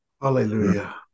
Hallelujah